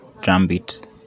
Drumbeat